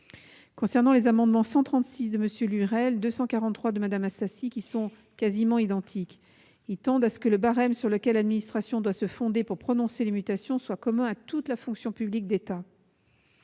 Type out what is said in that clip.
modification. Les amendements n 136 rectifié de M. Lurel et 243 de Mme Assassi, quasiment identiques, tendent à ce que le barème sur lequel l'administration doit se fonder pour prononcer les mutations soit commun à toute la fonction publique d'État.